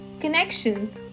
connections